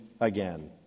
again